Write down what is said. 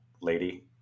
lady